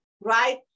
right